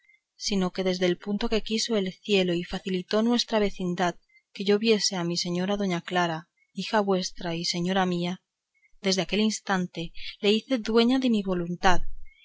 sino que desde el punto que quiso el cielo y facilitó nuestra vecindad que yo viese a mi señora doña clara hija vuestra y señora mía desde aquel instante la hice dueño de mi voluntad